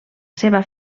seva